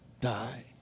die